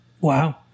Wow